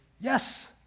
Yes